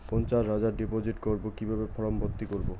পঞ্চাশ হাজার ডিপোজিট করবো কিভাবে ফর্ম ভর্তি করবো?